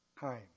Time